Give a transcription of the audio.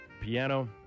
piano